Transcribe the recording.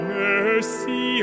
mercy